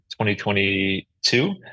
2022